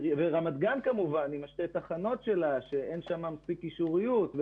ורמת גן עם שתי התחנות שלה כאשר שם אין מספיק קישוריות.